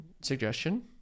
suggestion